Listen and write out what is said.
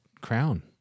crown